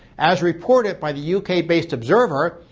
as reported by the u k. based observer,